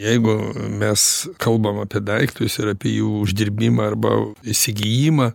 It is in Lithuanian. jeigu mes kalbam apie daiktus ir apie jų uždirbimą arba įsigijimą